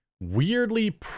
weirdly